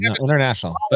International